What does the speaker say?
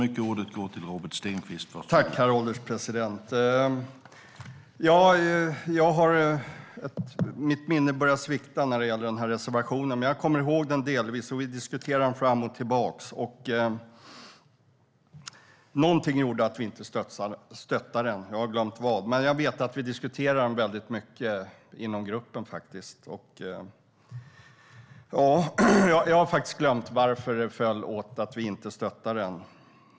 Herr ålderspresident! Mitt minne börjar svikta när det gäller den här reservationen. Jag kommer delvis ihåg den, och vi diskuterade den fram och tillbaka. Någonting gjorde att vi inte stödde den, men jag har glömt vad. Men jag vet att vi diskuterade den mycket inom gruppen. Jag har alltså glömt varför vi inte stödde den.